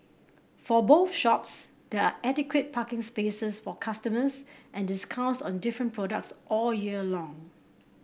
for both shops there are adequate parking spaces for customers and discounts on different products all year long